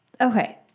Okay